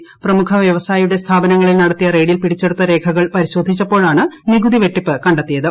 ് പ്രമുഖ വ്യവസായിയുടെ സ്ഥാപനങ്ങളിൽ നടത്തിയ റെയ്ഡിൽ പിടിച്ചെടുത്ത രേഖകൾ പരിശോധിച്ചപ്പോഴാണ് നികുതി വെട്ടിപ്പ് കണ്ടെത്തിയത്